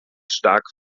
stark